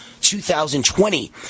2020